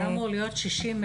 היה אמור להיות 60120,